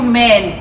men